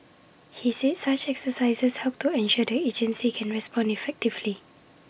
he said such exercises help to ensure the agencies can respond effectively